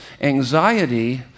anxiety